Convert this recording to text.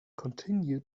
continue